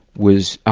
was, um,